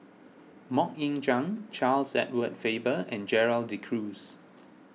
Mok Ying Jang Charles Edward Faber and Gerald De Cruz